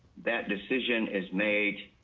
that decision is made